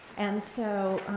and so,